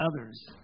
others